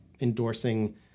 endorsing